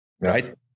right